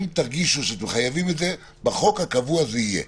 אם תרגישו שאתם חייבים את זה, בחוק הקבוע זה יהיה.